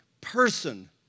person